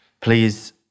please